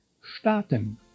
Staaten